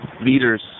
leaders